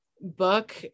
book